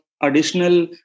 additional